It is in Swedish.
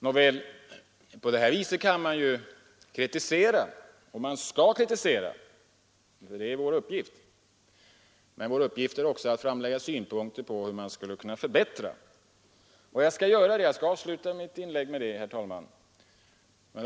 Nåväl — på det här viset kan vi ju kritisera, och vi skall kritisera, för det är vår uppgift. Men vår uppgift är också att framlägga synpunkter på hur man skulle kunna åstadkomma förbättringar, och jag skall avsluta mitt inlägg med att göra det.